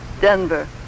Denver